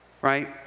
right